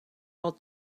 all